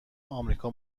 امریکا